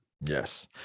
Yes